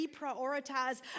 reprioritize